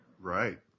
Right